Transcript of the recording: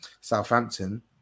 Southampton